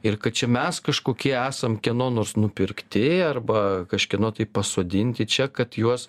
ir kad čia mes kažkokie esam kieno nors nupirkti arba kažkieno tai pasodinti čia kad juos